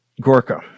gorka